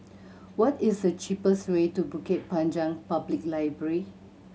what is the cheapest way to Bukit Panjang Public Library